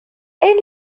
elle